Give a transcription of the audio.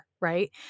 right